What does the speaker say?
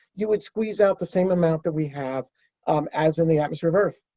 you would squeeze out the same amount that we have um as in the atmosphere of earth.